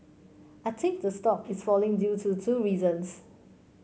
I think the stock is falling due to two reasons